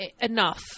Enough